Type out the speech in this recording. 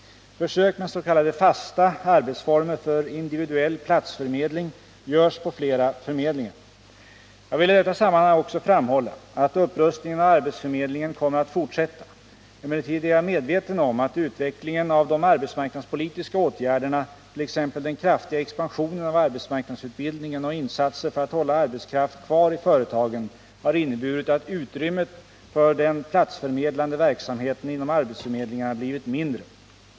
Försök med s.k. fasta arbetsformer för individuell platsförmedling görs på flera förmedlingar. Jag vill i detta sammanhang också framhålla att upprustningen av arbetsförmedlingen kommer att fortsätta. Emellertid är jag medveten om att utvecklingen av de arbetsmarknadspolitiska åtgärderna, t.ex. den kraftiga expansionen av arbetsmarknadsutbildningen och insatser för att hålla arbetskraft kvar i företagen, har inneburit att utrymmet för den platsförmedlande verksamheten inom arbetsförmedlingarna blivit mindre.